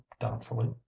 doubtfully